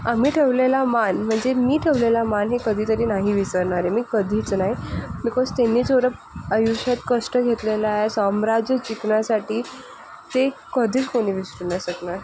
आम्ही ठेवलेला मान म्हणजे मी ठेवलेला मान हे कधी जरी नाही विसरणार आहे मी हे कधीच नाही बिकॉस त्यांनी जेवढं आयुष्यात कष्ट घेतलेला आहे साम्राज्य जिंकण्यासाठी ते कधीच कोणी विसरू नाही शकणार